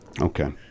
okay